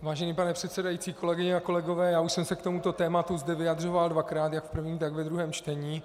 Vážený pane předsedající, kolegyně a kolegové, já už jsem se k tomuto tématu zde vyjadřoval dvakrát jak v prvním, tak ve druhém čtení.